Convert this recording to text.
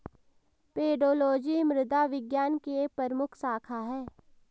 pedology मृदा विज्ञान की एक प्रमुख शाखा है